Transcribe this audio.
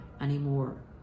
anymore